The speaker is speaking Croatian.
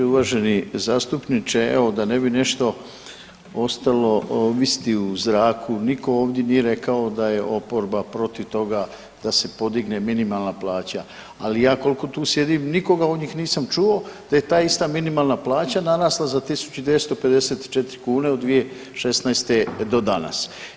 Uvaženi zastupniče, evo da ne bi nešto ostalo visjeti u zraku, nitko ovdje nije rekao da je oporba protiv toga da se podigne minimalna plaća, ali ja koliko tu sjedim nikoga od njih nisam čuo da je ta ista minimalna plaća narasla za 1.254 kune u 2016. do danas.